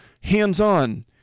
hands-on